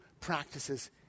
practices